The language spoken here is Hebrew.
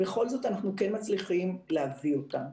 בכל זאת אנחנו כן מצליחים להביא אותם.